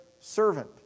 servant